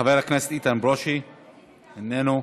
חבר הכנסת איתן ברושי, איננו.